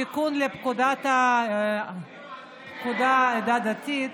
תיקון לפקודת העדה הדתית,